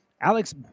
Alex